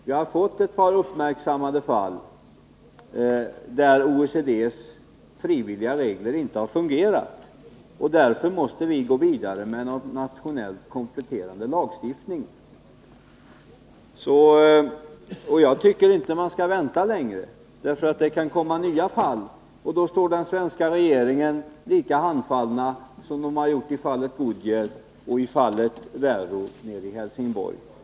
Vi har fått ett par uppmärksammade fall där OECD:s frivilliga regler inte har fungerat. Därför måste vi gå vidare med kompletterande nationell lagstiftning. Jag tycker inte att man skall vänta längre, därför att det kan komma nya fall, och då står regeringen lika handfallen som den gjorde i fallet Goodyear och i fallet Viggo nere i Helsingborg.